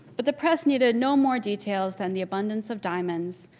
but the press needed no more details than the abundance of diamonds,